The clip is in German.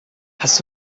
hast